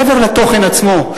מעבר לתוכן עצמו,